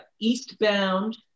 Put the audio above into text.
eastbound